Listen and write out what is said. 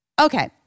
Okay